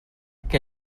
que